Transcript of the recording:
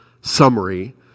summary